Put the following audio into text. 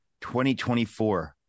2024